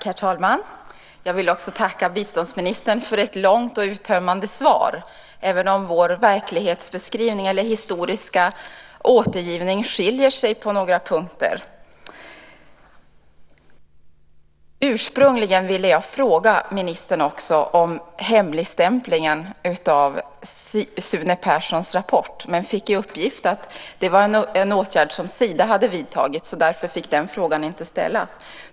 Herr talman! Jag vill tacka biståndsministern för ett långt och uttömmande svar, även om vår verklighetsbeskrivning eller historiska återgivning skiljer sig på några punkter. Ursprungligen ville jag också fråga ministern om hemligstämplingen av Sune Perssons rapport men fick i uppgift att det var en åtgärd som Sida hade vidtagit, så därför fick den frågan inte ställas.